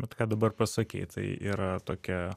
bet ką dabar pasakei tai yra tokia